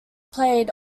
played